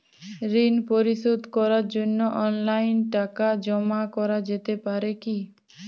ঋন পরিশোধ করার জন্য অনলাইন টাকা জমা করা যেতে পারে কি?